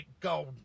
gold